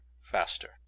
faster